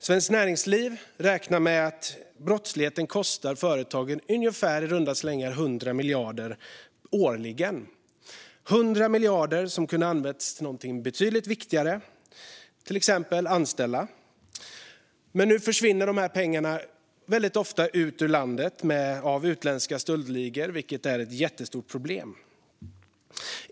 Svenskt Näringsliv räknar med att brottsligheten kostar företagen i runda slängar 100 miljarder årligen. Det är 100 miljarder som kunde ha använts till något betydligt viktigare, till exempel att anställa. Men nu förs pengarna väldigt ofta ut ur landet av utländska stöldligor, vilket är ett jättestort problem.